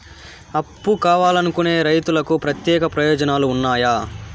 అప్పు కావాలనుకునే రైతులకు ప్రత్యేక ప్రయోజనాలు ఉన్నాయా?